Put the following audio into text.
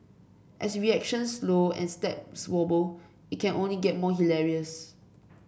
as reactions slow and steps wobble it can only get more hilarious